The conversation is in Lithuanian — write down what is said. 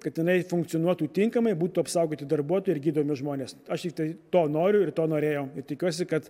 kad jinai funkcionuotų tinkamai būtų apsaugoti darbuotojai ir gydomi žmonės aš tiktai to noriu ir to norėjau tikiuosi kad